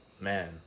man